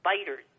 spiders